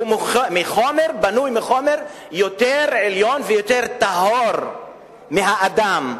שהוא בנוי מחומר יותר עליון ויותר טהור מהאדם.